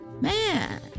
Man